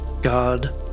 God